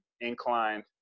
inclined